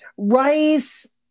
rice